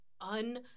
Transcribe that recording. un